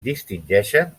distingeixen